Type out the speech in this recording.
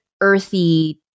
earthy